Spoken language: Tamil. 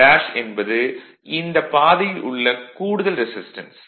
Rf என்பது இந்த பாதையில் உள்ள கூடுதல் ரெசிஸ்டன்ஸ்